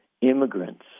immigrants